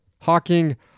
hawking